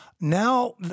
Now